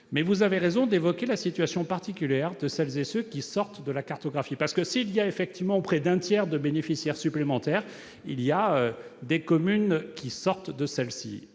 Mais vous avez raison d'évoquer la situation particulière de celles et ceux qui sortent de la cartographie. S'il y a effectivement près d'un tiers de bénéficiaires supplémentaires, des communes en sortent. Vous